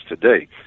today